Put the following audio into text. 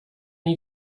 une